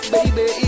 Baby